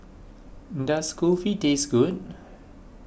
does Kulfi taste good